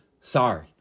sorry